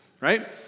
right